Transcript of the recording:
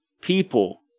people